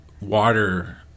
water